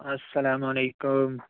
اَلسَلامُ علیکُم